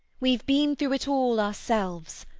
we've been through it all ourselves.